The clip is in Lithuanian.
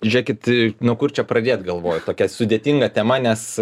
žėkit nuo kur čia pradėt galvoju tokia sudėtinga tema nes